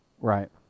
Right